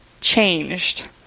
changed